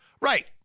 Right